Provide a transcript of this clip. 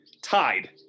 tied